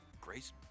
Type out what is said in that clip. grace